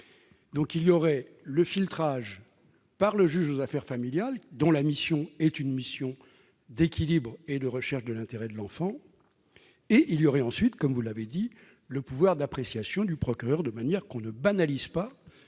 donc tout d'abord un filtrage opéré par le juge aux affaires familiales, dont la mission est une mission d'équilibre et de recherche de l'intérêt de l'enfant ; il y aurait ensuite, comme vous l'avez dit, le pouvoir d'appréciation du procureur de la République, afin que